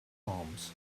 palms